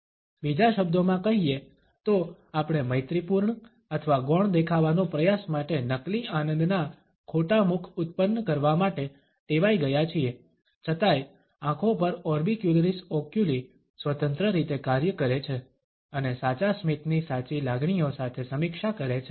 બીજા શબ્દોમાં કહીએ તો આપણે મૈત્રીપૂર્ણ અથવા ગૌણ દેખાવાનો પ્રયાસ માટે નકલી આનંદના ખોટા મુખ ઉત્પન્ન કરવા માટે ટેવાઈ ગયા છીએ છતાંય આંખો પર ઓર્બિક્યુલરિસ ઓક્યુલી સ્વતંત્ર રીતે કાર્ય કરે છે અને સાચા સ્મિતની સાચી લાગણીઓ સાથે સમીક્ષા કરે છે